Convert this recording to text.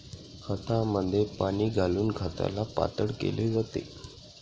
खतामध्ये पाणी घालून खताला पातळ केले जाते